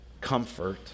comfort